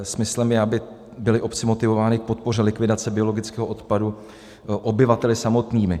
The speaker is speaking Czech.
Smyslem je, aby byly obce motivovány k podpoře likvidace biologického odpadu obyvateli samotnými.